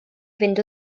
fynd